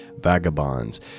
vagabonds